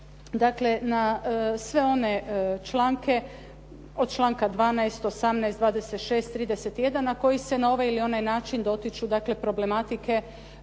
dakle na sve one članke od članka 12., 18., 26., 31. na koji se na ovaj ili onaj način dotiču problematike